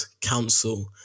Council